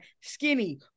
skinny